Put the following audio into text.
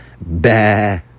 bah